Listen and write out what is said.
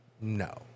No